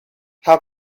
how